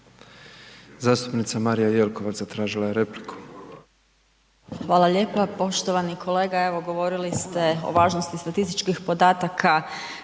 Zastupnica Marija Jelkovac zatražila je repliku. **Jelkovac, Marija (HDZ)** Hvala lijepa. Poštovani kolega evo govorili ste o važnosti statističkih podataka